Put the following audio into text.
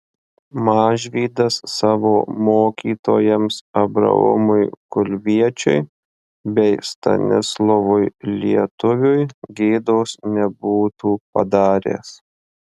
mažvydas savo mokytojams abraomui kulviečiui bei stanislovui lietuviui gėdos nebūtų padaręs